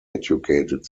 educated